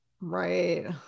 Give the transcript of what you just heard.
Right